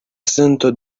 sento